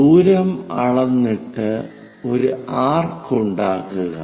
ദൂരം അളന്നിട്ടു ഒരു ആർക്ക് ഉണ്ടാക്കുക